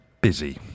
busy